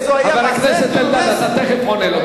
חבר הכנסת אלדד, אתה תיכף עונה לו.